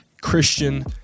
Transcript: Christian